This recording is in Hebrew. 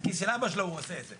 מהכיס של אבא שלו הוא עושה את זה.